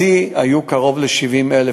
בשיא היו קרוב ל-70,000,